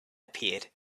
appeared